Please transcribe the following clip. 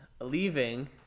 leaving